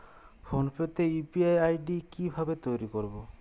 Phone pay তে UPI ID কি ভাবে তৈরি করবো?